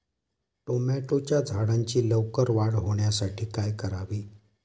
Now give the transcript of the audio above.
टोमॅटोच्या झाडांची लवकर वाढ होण्यासाठी काय करावे?